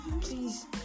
Please